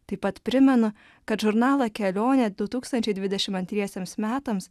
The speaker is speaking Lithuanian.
taip pat primenu kad žurnalą kelionė du tūkstančiai dvidešim antriesiems metams